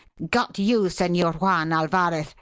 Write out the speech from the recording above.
got you, senor juan alvarez!